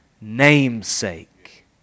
namesake